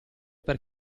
per